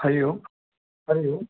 Hari Om Hari Om